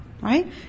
right